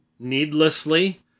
needlessly